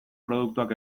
produktuak